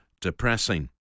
depressing